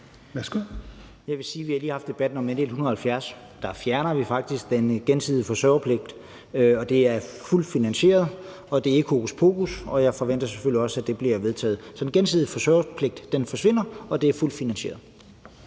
Jeg vil sige, vi lige har haft debatten om L 170, og der fjerner vi faktisk den gensidige forsørgerpligt. Det er fuldt finansieret, og det er ikke hokuspokus. Og jeg forventer selvfølgelig også, at det bliver vedtaget. Så den gensidige forsørgerpligt forsvinder, og det er fuldt finansieret.